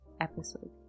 episode